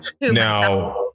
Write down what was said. Now